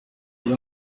iyo